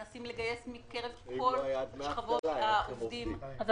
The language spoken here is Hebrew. מנסים לגייס מקרב כל שכבות העובדים -- אבל